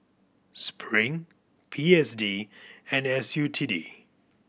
Spring P S D and S U T D